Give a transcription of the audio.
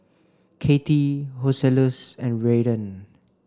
Katie Joseluis and Raiden